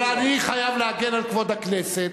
אבל אני חייב להגן על כבוד הכנסת.